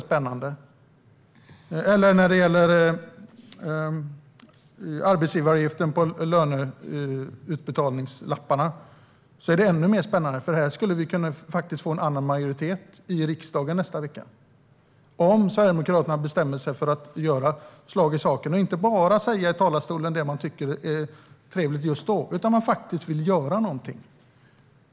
När det gäller arbetsgivaravgiften på löneutbetalningslapparna är det ännu mer spännande. Här skulle vi faktiskt kunna få en annan majoritet i riksdagen nästa vecka om Sverigedemokraterna bestämmer sig för att göra slag i saken och inte bara säger i talarstolen det man tycker är trevligt just då utan faktiskt vill göra någonting.